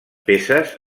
peces